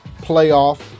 playoff